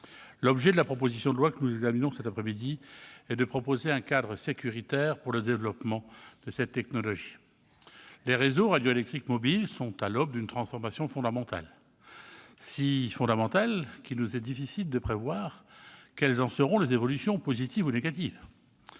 L'objet de la proposition de loi que nous examinons cet après-midi est de proposer un cadre sécuritaire pour le développement de cette technologie. Les réseaux radioélectriques mobiles sont à l'aube d'une transformation fondamentale, si fondamentale qu'il nous est difficile d'en prévoir les évolutions et de savoir